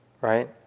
right